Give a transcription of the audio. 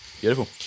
Beautiful